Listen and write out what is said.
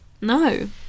no